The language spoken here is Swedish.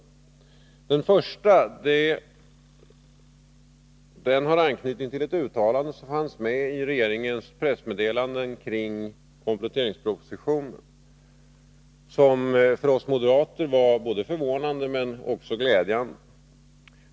Den första delen gäller ett uttalande som fanns med i regeringens pressmeddelande i anslutning till kompletteringspropositionen, vilket för oss moderater var förvånande men också glädjande.